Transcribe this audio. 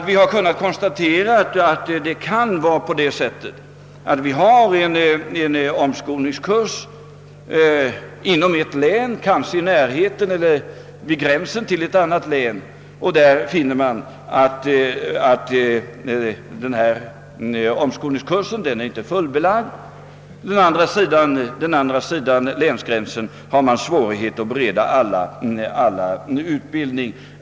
Vi har kunnat konstatera att man kan ha en omskolningskurs inom ett län kanske i närheten av eller vid gränsen till ett annat län. Man finner att denna omskolningskurs inte är fullbelagd, medan man på den andra sidan länsgrän sen har svårigheter att bereda alla utbildning.